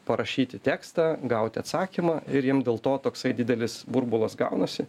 parašyti tekstą gauti atsakymą ir jiem dėl to toksai didelis burbulas gaunasi